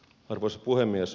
arvoisa puhemies